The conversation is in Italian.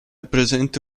presente